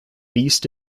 beast